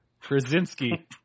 krasinski